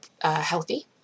healthy